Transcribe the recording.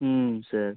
sir